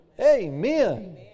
Amen